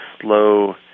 slow